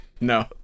No